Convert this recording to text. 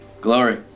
Glory